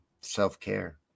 Self-care